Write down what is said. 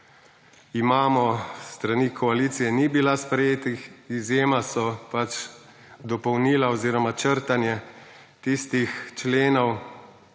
imamo s strani koalicije ni bila sprejetih. Izjema so pač dopolnila oziroma črtanje tistih členov,